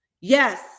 Yes